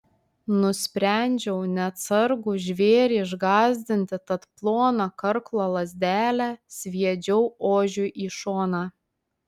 nusprendžiau neatsargų žvėrį išgąsdinti tad ploną karklo lazdelę sviedžiau ožiui į šoną